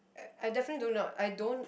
uh I definitely do not I don't